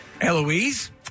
Eloise